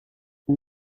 ils